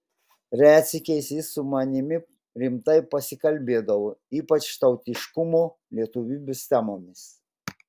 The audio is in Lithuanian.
retsykiais jis su manimi rimtai pasikalbėdavo ypač tautiškumo lietuvybės temomis